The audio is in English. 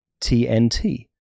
TNT